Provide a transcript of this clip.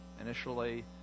initially